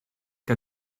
que